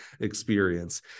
experience